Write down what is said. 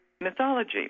mythology